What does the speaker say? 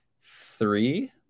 three